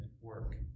work